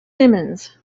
simmons